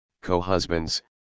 co-husbands